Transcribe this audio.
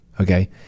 okay